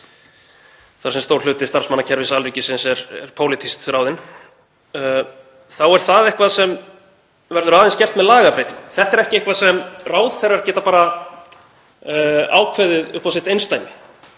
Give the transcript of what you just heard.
þar sem stór hluti starfsmanna kerfis alríkisins er pólitískt ráðinn, þá er það eitthvað sem verður aðeins gert með lagabreytingu. Þetta er ekki eitthvað sem ráðherrar geta bara ákveðið upp á sitt eindæmi.